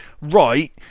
right